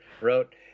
wrote